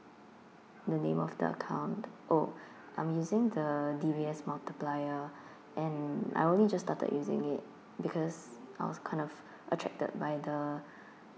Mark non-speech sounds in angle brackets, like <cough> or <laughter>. the name of the account oh <breath> I'm using the D_B_S multiplier <breath> and I only just started using it because I was kind of attracted by the <breath>